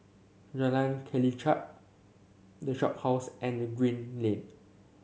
Jalan Kelichap The Shophouse and the Green Lane